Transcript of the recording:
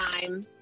time